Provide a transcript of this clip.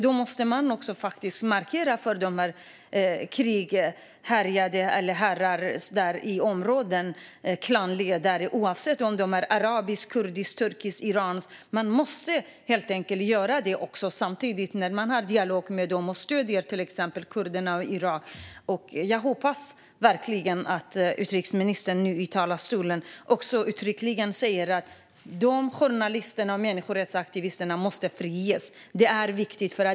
Då måste man markera mot krigsherrar och klanledare i dessa områden oavsett om de är arabiska, turkiska, kurdiska eller iranska. Man måste helt enkelt göra det samtidigt som man har dialog med dem och till exempel stöder kurderna i Irak. Jag hoppas verkligen att utrikesministern nu i talarstolen uttryckligen säger att dessa journalister och människorättsaktivister måste friges. Det är viktigt.